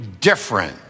different